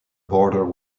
border